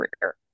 career